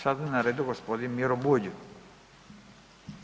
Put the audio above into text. Sad je na redu g. Miro Bulj.